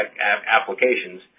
applications